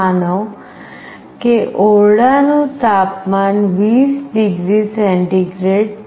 માનો કે ઓરડાનું તાપમાન 20 ડિગ્રી સેન્ટીગ્રેડ છે